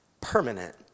permanent